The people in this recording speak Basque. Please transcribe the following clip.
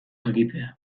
jakitea